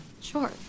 sure